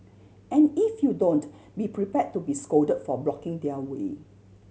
and if you don't be prepare to be scold for blocking their way